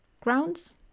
grounds